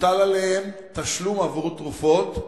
מוטל עליהן תשלום עבור תרופות.